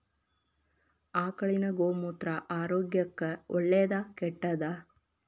ಆಕಳಿನ ಗೋಮೂತ್ರ ಆರೋಗ್ಯಕ್ಕ ಒಳ್ಳೆದಾ ಕೆಟ್ಟದಾ?